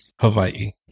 Hawaii